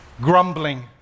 Grumbling